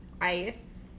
ice